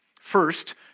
First